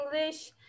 English